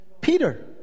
Peter